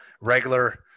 regular